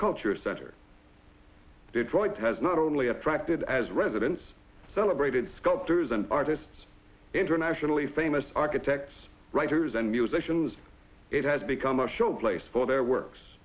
cultural center detroit has not only attracted as residents celebrated sculptors and artists internationally famous architects writers and musicians it has become a showplace for their works